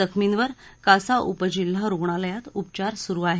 जखमींवर कासा उप जिल्हा रुग्णालयात उपचार सुरू आहेत